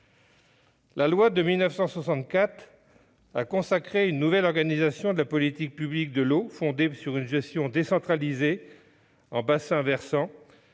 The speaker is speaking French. pollution a consacré une nouvelle organisation de la politique publique de l'eau, fondée sur une gestion décentralisée en bassins versants,